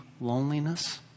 loneliness